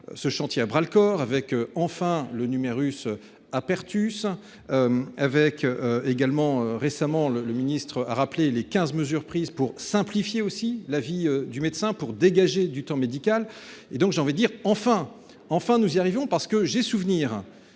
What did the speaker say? Ce chantier à bras le corps avec enfin le numerus apertus. Avec également récemment le. Le ministre a rappelé les 15 mesures prises pour simplifier aussi l'avis du médecin pour dégager du temps médical et donc j'aimerais dire enfin enfin nous y arrivons parce que j'ai souvenir,